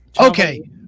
okay